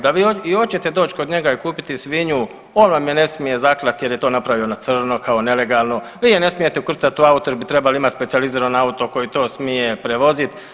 Da vi i hoćete doći kod njega i kupiti svinju on vam je ne smije zaklati jer je to napravio na crno kao nelegalno, vi je ne smijete ukrcati u auto jer bi trebali imati specijalizirano auto koje to smije prevoziti.